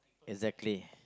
exactly